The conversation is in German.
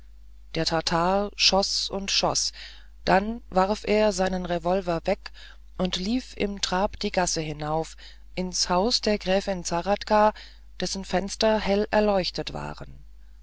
der tatar schoß und schoß dann warf er seinen revolver weg und lief im trab die gasse hinauf ins haus der gräfin zahradka dessen fenster hell erleuchtet waren